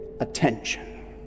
attention